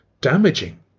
damaging